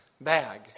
bag